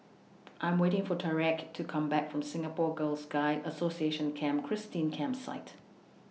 I Am waiting For Tyreke to Come Back from Singapore Girls Guides Association Camp Christine Campsite